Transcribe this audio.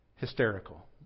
hysterical